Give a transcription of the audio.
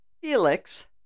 Felix